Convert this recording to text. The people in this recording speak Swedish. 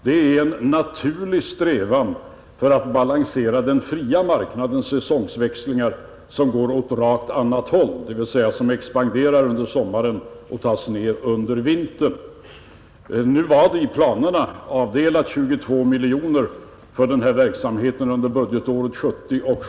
Det är en naturlig strävan för att balansera den fria marknadens säsongväxlingar, som går åt rakt motsatt håll, dvs. expanderar under sommaren och tas ner under vintern. Nu hade det i planerna avdelats 22 miljoner för den här verksamheten under budgetåret 1970/71.